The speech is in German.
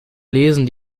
lesen